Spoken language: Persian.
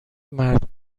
مرد